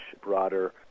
broader